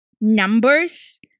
numbers